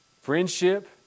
Friendship